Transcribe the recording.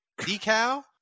decal